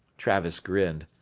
travis grinned.